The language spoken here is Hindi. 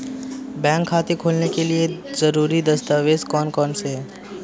बैंक खाता खोलने के लिए ज़रूरी दस्तावेज़ कौन कौनसे हैं?